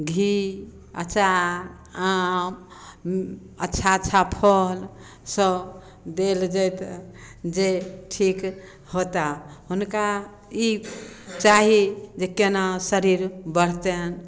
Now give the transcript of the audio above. घी अँचार आम अच्छा अच्छा फल सभ देल जैतनि जे ठीक हौता हुनका ई चाही जे केना शरीर बढ़तनि